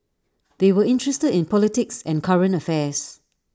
they were interested in politics and current affairs